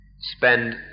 spend